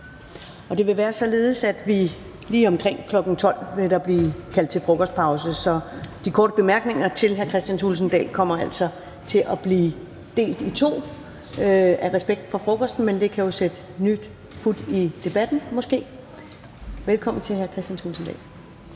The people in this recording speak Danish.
Det vil være således, at der lige omkring kl. 12.00 vil blive kaldt til frokostpause. Så de korte bemærkninger til hr. Kristian Thulesen Dahl vil altså blive delt i to af respekt for frokosten; men det kan måske sætte nyt fut i debatten. Velkommen til hr. Kristian Thulesen Dahl.